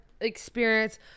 experience